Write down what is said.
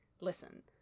listen